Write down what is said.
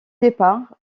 départ